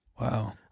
Wow